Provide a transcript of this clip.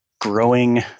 growing